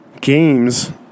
games